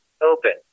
open